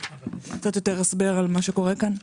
קצת יותר הסבר על מה שקורה כאן.